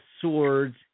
swords